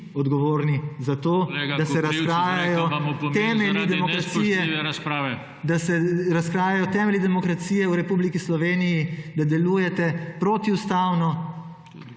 (PS SD):** …da se razkrajajo temelji demokracije v Republiki Sloveniji, da delujte proti ustavno.